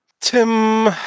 Tim